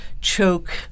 choke